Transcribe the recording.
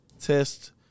test